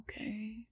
okay